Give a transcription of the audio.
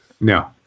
No